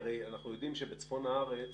הרי אנחנו יודעים שבצפון הארץ